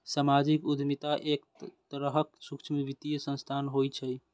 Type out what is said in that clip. सामाजिक उद्यमिता एक तरहक सूक्ष्म वित्तीय संस्थान होइ छै